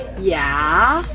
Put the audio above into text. yeah.